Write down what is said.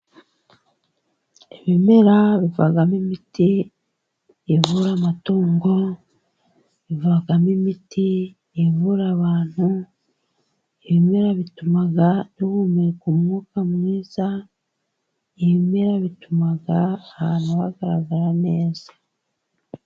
Ibimera bivamo imiti ivura amatungo, bivamo imiti ivura abantu. Ibimera bituma duhumeka umwuka mwiza, ibimera bituma ahantu hagaragara neza.